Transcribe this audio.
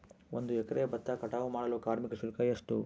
ಒಂದು ಎಕರೆ ಭತ್ತ ಕಟಾವ್ ಮಾಡಲು ಕಾರ್ಮಿಕ ಶುಲ್ಕ ಎಷ್ಟು?